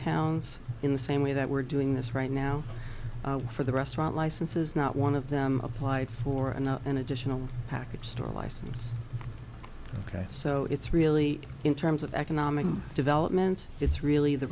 towns in the same way that we're doing this right now for the restaurant licenses not one of them applied for and an additional package store license ok so it's really in terms of economic development it's really the